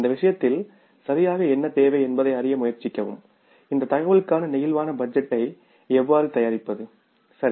இந்த விஷயத்தில் சரியாக என்ன தேவை என்பதை அறிய முயற்சிக்கவும் இந்த தகவலுக்கான பிளேக்சிபிள் பட்ஜெட் டை எவ்வாறு தயாரிப்பது சரி